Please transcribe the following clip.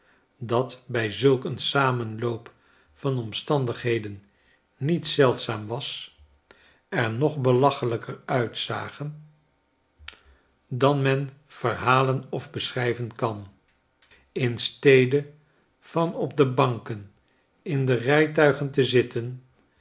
dat bij zulk een samenloop van omstandigheden niets zeldzaams was er nog belachelijker uitzagen dan men verhalen of beschrijven kan in stede van op de banken in de rijtuigen te zitten